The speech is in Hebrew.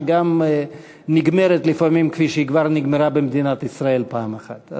שגם נגמרת לפעמים כפי שהיא כבר נגמרה במדינת ישראל פעם אחת.